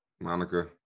Monica